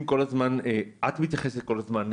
את מתייחסת כל הזמן,